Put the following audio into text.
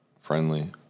friendly